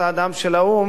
רק לפני ימים מספר,